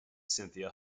cynthia